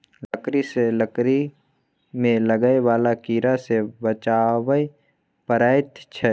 लकड़ी केँ लकड़ी मे लागय बला कीड़ा सँ बचाबय परैत छै